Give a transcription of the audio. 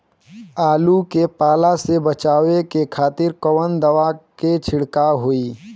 आलू के पाला से बचावे के खातिर कवन दवा के छिड़काव होई?